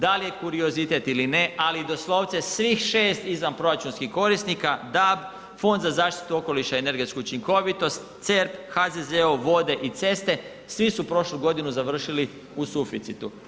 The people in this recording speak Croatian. Da li je kuriozitet ili ne, ali doslovce svih 6 izvanproračunskih korisnika, DAB, Fond za zaštitu okoliša i energetsku učinkovitost, CERP, HZZO, vode i ceste, svi su prošlu godinu završili u suficitu.